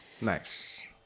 nice